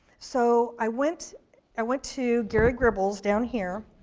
so i went i went to gary gribbles, down here,